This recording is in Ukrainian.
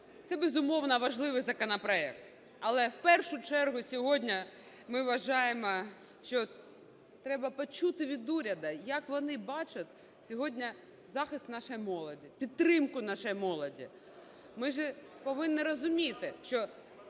це, безумовно, важливий законопроект. Але в першу чергу сьогодні, ми вважаємо, що треба почути від уряду, як вони бачать сьогодні захист нашої молоді, підтримку нашої молоді. Ми ж повинні розуміти, що